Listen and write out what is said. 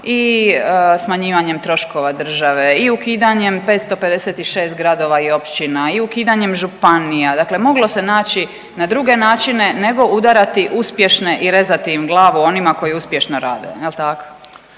i smanjivanjem troškova države i ukidanjem 556 gradova i općina i ukidanjem županija, dakle moglo se naći na druge načine nego udarati uspješne i rezati im glavu onima koji uspješno rade